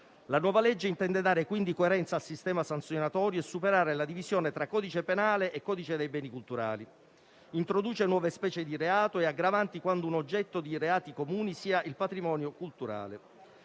La nuova legge intende dare, quindi, coerenza al sistema sanzionatorio e superare la divisione tra codice penale e codice dei beni culturali; introduce nuove specie di reato e aggravanti quando un oggetto di reati comuni sia il patrimonio culturale.